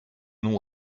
nous